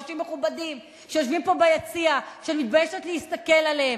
אנשים מכובדים שיושבים פה ביציע שאני מתביישת להסתכל עליהם,